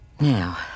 Now